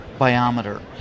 biometer